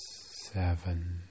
seven